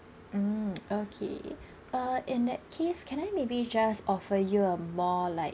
mm okay uh in that case can I maybe just offer you a more like